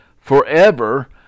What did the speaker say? forever